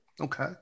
Okay